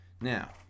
Now